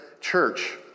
church